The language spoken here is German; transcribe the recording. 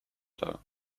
dar